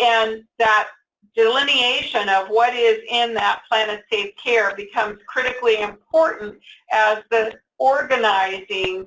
and that delineation of what is in that plan of safe care becomes critically important as the organizing